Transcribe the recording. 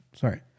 sorry